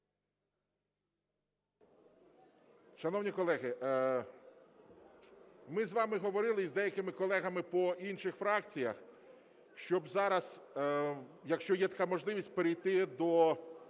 Шановні колеги, ми з вами говорили і з деякими колегами по інших фракціях, щоб зараз, якщо є така можливість, перейти до